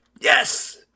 Yes